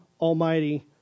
almighty